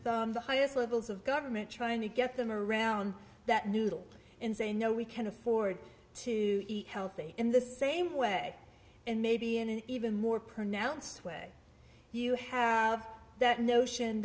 with the highest levels of government trying to get them around that noodle and say no we can't afford to eat healthy in the same way and maybe in an even more pronounced way you have that notion